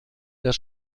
des